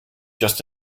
just